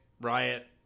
riot